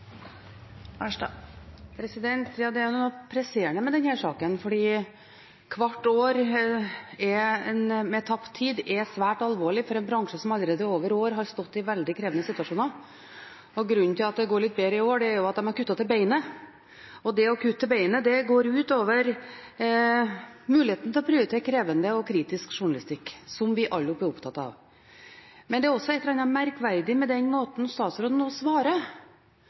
Ja, det er noe presserende med denne saken, fordi hvert år med tapt tid er svært alvorlig for en bransje som allerede over år har stått i veldig krevende situasjoner. Grunnen til at det går litt bedre i år, er at de har kuttet til beinet. Og det å kutte til beinet går ut over muligheten til å prioritere krevende og kritisk journalistikk, som vi alle er opptatt av. Men det er også et eller annet merkverdig med den måten statsråden nå svarer